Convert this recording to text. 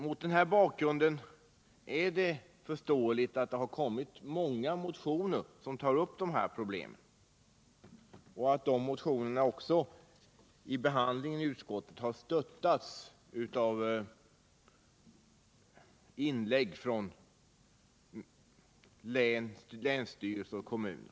Mot denna bakgrund är det förståeligt att det har kommit många motioner som tar upp de här problemen och att de motionerna, när de behandlas i utskottet, fått stöd av inlägg från länsstyrelser och kommuner.